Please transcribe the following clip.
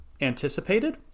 anticipated